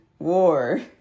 War